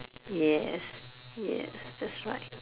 yes yes that's right